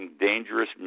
dangerous